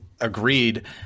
agreed